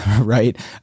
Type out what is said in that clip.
right